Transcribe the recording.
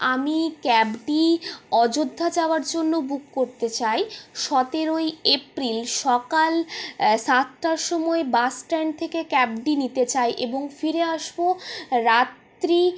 আমি ক্যাবটি অযোধ্যা যাওয়ার জন্য বুক করতে চাই সতেরোই এপ্রিল সকাল সাতটার সময় বাস স্ট্যান্ড থেকে ক্যাবটি নিতে চাই এবং ফিরে আসব রাত্রি